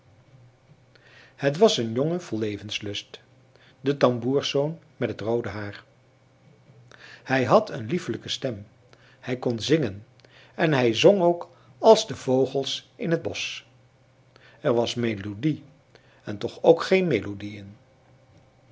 het was een jongen vol levenslust de tamboerszoon met het roode haar hij had een liefelijke stem hij kon zingen en hij zong ook als de vogels in het bosch er was melodie en toch ook geen melodie in